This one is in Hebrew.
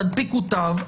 תנפיקו תו,